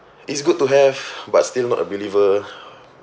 it's good to have but still not a believer